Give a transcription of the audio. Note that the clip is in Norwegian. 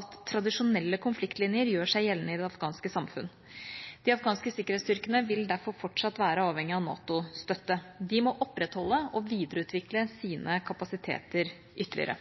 at tradisjonelle konfliktlinjer gjør seg gjeldende i det afghanske samfunn. De afghanske sikkerhetsstyrkene vil derfor fortsatt være avhengige av NATO-støtte. De må opprettholde og videreutvikle sine kapasiteter ytterligere.